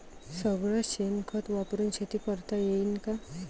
सगळं शेन खत वापरुन शेती करता येईन का?